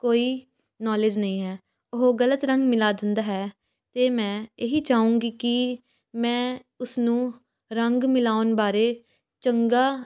ਕੋਈ ਨੋਲੇਜ ਨਹੀਂ ਹੈ ਉਹ ਗਲਤ ਰੰਗ ਮਿਲਾ ਦਿੰਦਾ ਹੈ ਅਤੇ ਮੈਂ ਇਹੀ ਚਾਹੁੰਗੀ ਕਿ ਮੈਂ ਉਸਨੂੰ ਰੰਗ ਮਿਲਾਉਣ ਬਾਰੇ ਚੰਗਾ